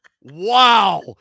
wow